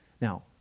Now